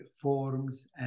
forms